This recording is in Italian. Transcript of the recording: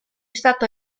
stato